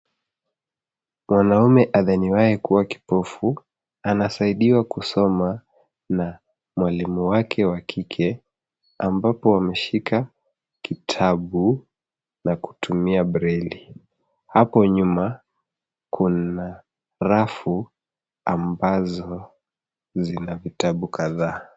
Mwanaume adhaniwaye kuwa kipofu anasaidiwa kusoma na mwalimu wake wa kike ambapo wameshika kitabu na kutumia breli, hapo nyuma kuna rafu ambazo zina vitabu kadhaa.